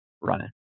running